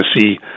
see